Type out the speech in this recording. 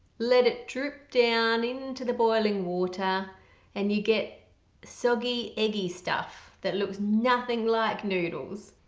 let it drip down into the boiling water and you get soggy eggy stuff that looks nothing like noodles.